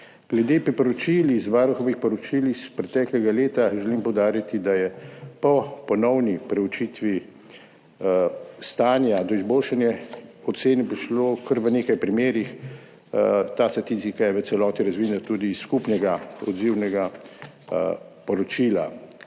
Glede priporočil iz Varuhovih poročil iz preteklega leta želim poudariti, da je po ponovni preučitvi stanja do izboljšane ocene prišlo v kar nekaj primerih. Ta statistika je v celoti razvidna tudi iz skupnega odzivnega poročila.